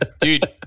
dude